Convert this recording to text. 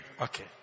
Okay